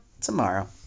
tomorrow